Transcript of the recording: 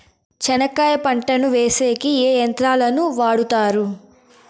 చెనక్కాయ పంటను వేసేకి ఏ యంత్రాలు ను వాడుతారు?